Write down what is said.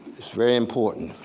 it's very important